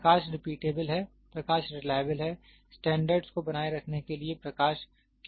प्रकाश repeatable है प्रकाश reliable है स्टैंडर्ड को बनाए रखने के लिए प्रकाश किफायती है